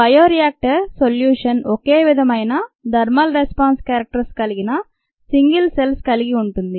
bioreactor "solution" ఒకే విధమైన "thermal response characters" కలిగిన "సింగల్ సెల్స్" కలగి ఉంటుంది